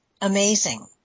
amazing